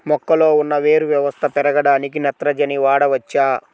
మొక్కలో ఉన్న వేరు వ్యవస్థ పెరగడానికి నత్రజని వాడవచ్చా?